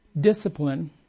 Discipline